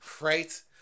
right